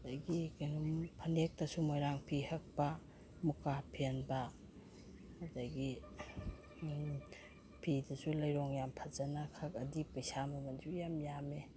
ꯑꯗꯒꯤ ꯀꯩꯅꯣ ꯐꯅꯦꯛꯇꯁꯨ ꯃꯣꯏꯔꯥꯡ ꯐꯤ ꯍꯛꯄ ꯃꯨꯒꯥ ꯐꯦꯟꯕ ꯑꯗꯒꯤ ꯐꯤꯗꯁꯨ ꯂꯩꯔꯣꯡ ꯌꯥꯝ ꯐꯖꯅ ꯍꯛꯑꯗꯤ ꯄꯩꯁꯥ ꯃꯃꯟꯁꯨ ꯌꯥꯝ ꯌꯥꯝꯃꯦ